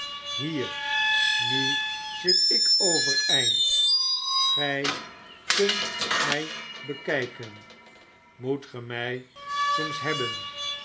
hier nu zit ik overeind ge kunt mij bekyken moet ge my soms hebben